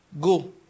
go